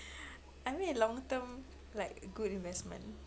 I mean long term like good investment